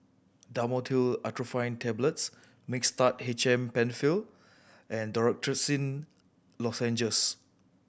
Dhamotil Atropine Tablets Mixtard H M Penfill and Dorithricin Lozenges